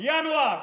ינואר?